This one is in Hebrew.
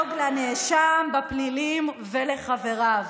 ולדאוג לנאשם בפלילים ולחבריו.